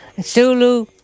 Zulu